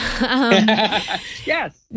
Yes